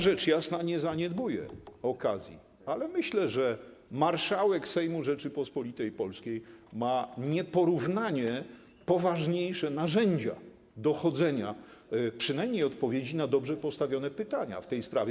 Rzecz jasna, nie zaniedbuję okazji, ale myślę, że marszałek Sejmu Rzeczypospolitej Polskiej ma nieporównanie poważniejsze narzędzia dochodzenia przynajmniej odpowiedzi na dobrze postawione pytania w tej sprawie.